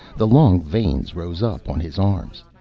the long veins rose up on his arms.